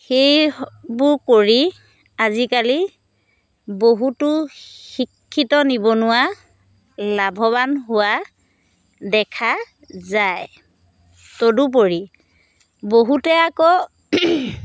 সেইবোৰ কৰি আজিকালি বহুতো শিক্ষিত নিবনুৱা লাভৱান হোৱা দেখা যায় তদুপৰি বহুতে আকৌ